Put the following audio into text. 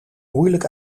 moeilijk